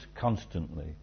constantly